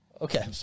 Okay